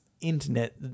Internet